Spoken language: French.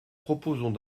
proposons